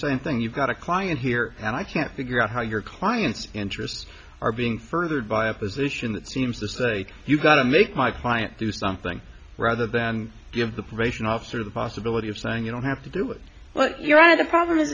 same thing you've got a client here and i can't figure out how your client's interests are being furthered by a position that seems to say you've got to make my client do something rather than give the pervasion officer the possibility of saying you don't have to do it well your honor the problem is